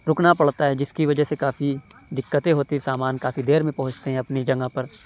رُکنا پڑتا ہے جس کی وجہ سے کافی دقتیں ہوتی سامان کافی دیر میں پہنچتے ہیں اپنی جگہ پر